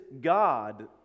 God